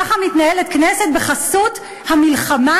ככה מתנהלת כנסת בחסות המלחמה?